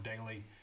daily